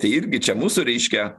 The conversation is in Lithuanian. tai irgi čia mūsų reiškia